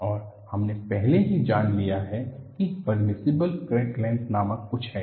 और हमने पहले ही जान लिया है कि पर्मिसिबल क्रैक लेंथ नामक कुछ है